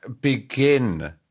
begin